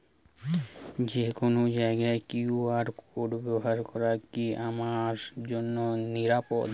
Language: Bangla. যে কোনো জায়গার কিউ.আর কোড ব্যবহার করা কি আমার জন্য নিরাপদ?